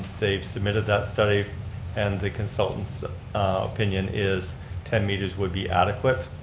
they've submitted that study and the consultant's opinion is ten meters would be adequate,